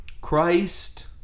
Christ